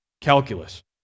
calculus